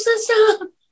system